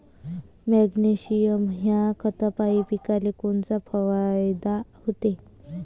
Magnesium ह्या खतापायी पिकाले कोनचा फायदा होते?